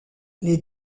les